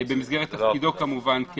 במסגרת תפקידו כמובן?